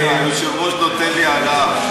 היושב-ראש נותן לי העלאה.